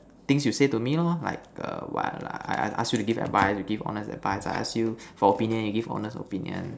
things you say to me lor like a what lah I I ask you to give advice you give honest advice I ask you for opinion you give honest opinion